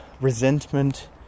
resentment